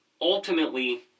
ultimately